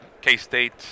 K-State